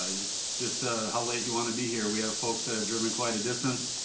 ah it's just ah how late you want to be here. we have folks have driven quite a distance.